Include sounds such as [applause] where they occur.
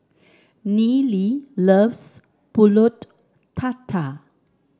Neely loves pulut [unintelligible] tatal